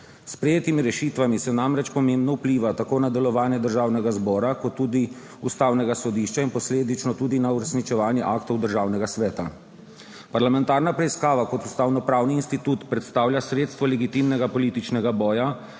S sprejetimi rešitvami se namreč pomembno vpliva tako na delovanje Državnega zbora kot tudi Ustavnega sodišča in posledično tudi na uresničevanje aktov Državnega sveta. Parlamentarna preiskava kot ustavno pravni institut predstavlja sredstvo legitimnega političnega boja,